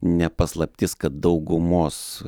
ne paslaptis kad daugumos